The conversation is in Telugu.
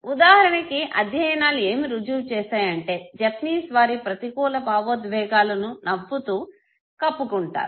ఉదాహరణకి అధ్యయనాలు ఏమి రుజువు చేశాయంటే జపనీస్ వారి ప్రతికూల భావోద్వేగాలను నవ్వుతో కప్పుకుంటారు